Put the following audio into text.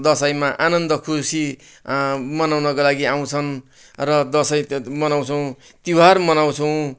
दशैँमा आनन्द खुसी मनाउनका लागि आउँछन् र दसैँ मनाउँछौँ तिहार मनाउँछौँ